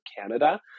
Canada